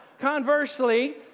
conversely